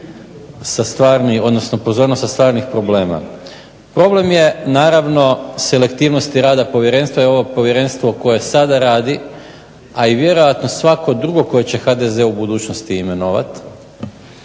sa stvarnih, odnosno pozornost sa stvarnih problema. Problem je naravno selektivnosti rada povjerenstva, jer ovo povjerenstvo koje sada radi, a i vjerojatno svako drugo koje će HDZ u budućnosti imenovat